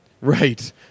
Right